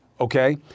okay